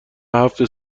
هفت